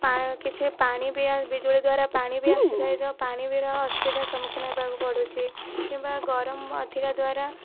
ପା କିଛି ପାଣି ବି ଆଉ ବିଜୁଳି ଦ୍ଵାରା ପାଣି ବି ଆସିଥାଏ ଯୋଉଁ ପାଣି ବିନା ଅସୁବିଧା ସମ୍ମୁଖୀନ ହେବାକୁ ପଡ଼ୁଛି କିମ୍ବା ଗରମ ଅଧିକ ଦ୍ଵାରା